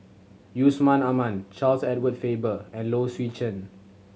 Yusman Aman Charles Edward Faber and Low Swee Chen